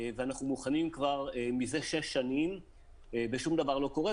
ואנחנו מוכנים מזה שש שנים ושום דבר לא קורה,